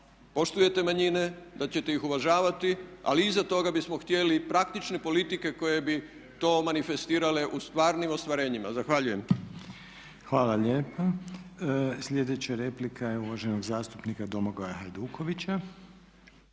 poštujete manjine, da ćete ih uvažavati ali iza toga bismo htjeli praktične politike koje bi to manifestirale u stvarnim ostvarenjima. Zahvaljujem. **Reiner, Željko (HDZ)** Hvala lijepa. Sljedeća replika je uvaženog zastupnika Domagoja Hajdukovića.